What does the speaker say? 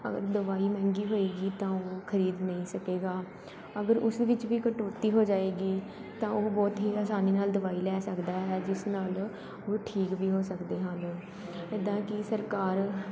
ਅਗਰ ਦਵਾਈ ਮਹਿੰਗੀ ਹੋਏਗੀ ਤਾਂ ਉਹ ਖਰੀਦ ਨਹੀਂ ਸਕੇਗਾ ਅਗਰ ਉਸ ਵਿੱਚ ਵੀ ਕਟੌਤੀ ਹੋ ਜਾਏਗੀ ਤਾਂ ਉਹ ਬਹੁਤ ਹੀ ਆਸਾਨੀ ਨਾਲ ਦਵਾਈ ਲੈ ਸਕਦਾ ਹੈ ਜਿਸ ਨਾਲ ਉਹ ਠੀਕ ਵੀ ਹੋ ਸਕਦੇ ਹਨ ਇੱਦਾਂ ਕਿ ਸਰਕਾਰ